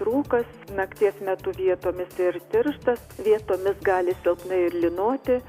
rūkas nakties metu vietomis ir tirštas vietomis gali silpnai ir lynoti